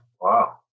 Wow